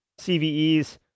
CVEs